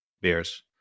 beers